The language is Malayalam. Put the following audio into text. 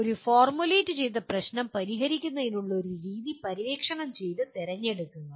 ഒരു ഫോർമുലേറ്റ് ചെയ്ത പ്രശ്നം പരിഹരിക്കുന്നതിനുള്ള ഒരു രീതി പര്യവേക്ഷണം ചെയ്ത് തിരഞ്ഞെടുക്കുക